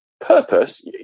purpose